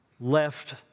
left